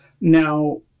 now